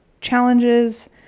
challenges